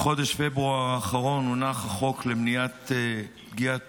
בחודש פברואר האחרון הונח החוק למניעת פגיעת